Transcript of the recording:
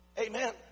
Amen